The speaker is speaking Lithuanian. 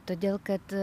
todėl kad